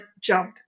jump